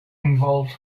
involves